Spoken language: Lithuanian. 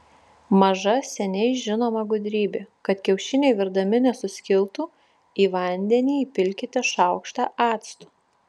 maža seniai žinoma gudrybė kad kiaušiniai virdami nesuskiltų į vandenį įpilkite šaukštą acto